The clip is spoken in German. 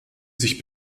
sich